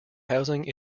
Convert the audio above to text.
housing